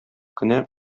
кенә